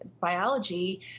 biology